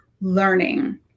learning